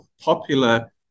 popular